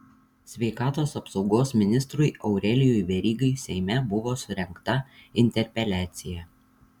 sveikatos apsaugos ministrui aurelijui verygai seime buvo surengta interpeliacija